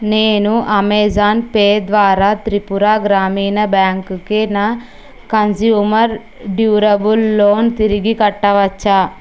నేను Amazon pay ద్వారా త్రిపుర గ్రామీణ బ్యాంక్కి నా కంజ్యూమర్ డ్యూరబుల్ లోన్ తిరిగి కట్టవచ్చా